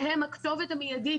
שהן הכתובת המיידית,